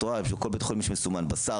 ואת רואה שבכל בית חולים יש סימון לבשר,